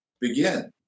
begin